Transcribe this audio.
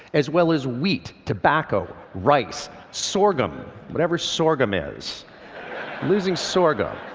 as well as wheat, tobacco, rice, sorghum whatever sorghum is losing sorghum.